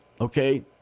okay